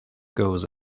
goes